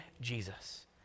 Jesus